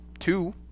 Two